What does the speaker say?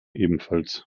ebenfalls